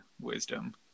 wisdom